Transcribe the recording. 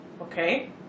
Okay